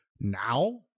now